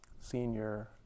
senior